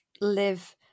live